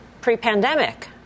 pre-pandemic